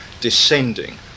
descending